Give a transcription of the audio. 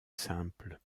simple